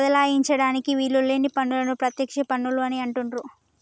బదలాయించడానికి వీలు లేని పన్నులను ప్రత్యక్ష పన్నులు అని అంటుండ్రు